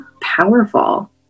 powerful